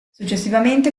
successivamente